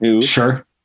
Sure